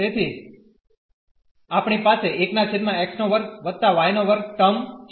તેથી આપણી પાસે ટર્મ છે